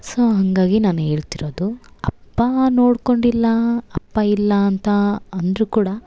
so ಹಂಗಾಗಿ ನಾನು ಹೇಳ್ತಿರೊದು ಅಪ್ಪ ನೋಡಿಕೊಂಡಿಲ್ಲ ಅಪ್ಪ ಇಲ್ಲ ಅಂತ ಅಂದರು ಕೂಡ